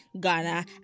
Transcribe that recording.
Ghana